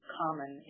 common